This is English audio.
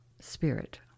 spirit